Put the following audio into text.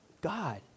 God